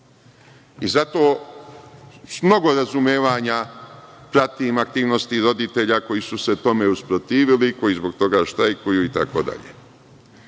toga, s mnogo razumevanja pratim aktivnosti roditelja koji su se tome usprotivili, koji zbog toga štrajkuju,